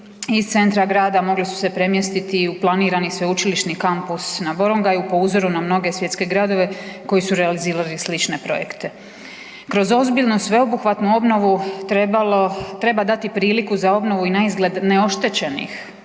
iz centra Grada mogli su se premjestiti i u planirani sveučilišni kampus na Borongaju po uzoru na mnoge svjetske gradove koji su realizirali slične projekte. Kroz ozbiljno sveobuhvatnu obnovu trebalo, treba dati priliku za obnovi i na izgled neoštećenih,